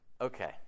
Okay